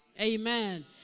Amen